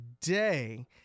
today